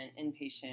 inpatient